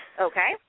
Okay